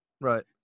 Right